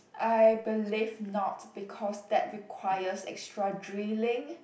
I believe not because that requires extra drilling